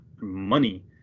money